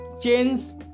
chains